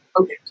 Okay